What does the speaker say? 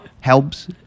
helps